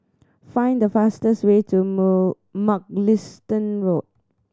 find the fastest way to move Mugliston Road